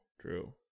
True